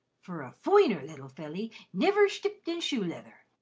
fur a foiner little felly niver sthipped in shoe-leather.